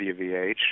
WVH